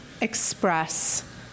express